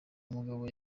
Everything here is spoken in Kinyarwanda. umugabo